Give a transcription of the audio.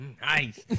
Nice